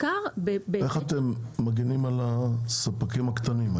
איך אתם מגינים על הספקים הקטנים,